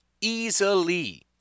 Easily